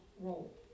role